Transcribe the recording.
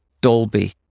Dolby